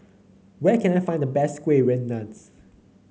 where can I find the best Kueh Rengas